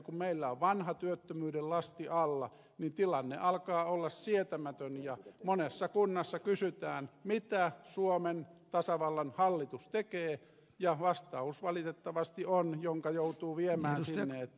kun meillä on vanha työttömyyden lasti alla niin tilanne alkaa olla sietämätön ja monessa kunnassa kysytään mitä suomen tasavallan hallitus tekee ja valitettavasti vastaus jonka joutuu viemään sinne on että